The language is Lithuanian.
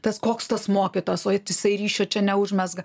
tas koks tas mokytojas ot jisai ryšio čia neužmezga